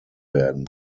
werden